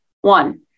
One